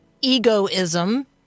egoism